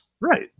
Right